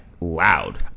loud